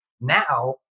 Now